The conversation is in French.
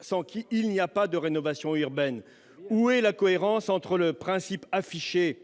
sans qui il n'y a pas de rénovation urbaine, où est la cohérence entre le principe affiché